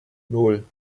nan